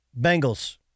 Bengals